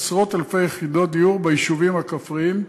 עשרות-אלפי יחידות דיור ביישובים הכפריים.